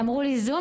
אמרו לי "זום",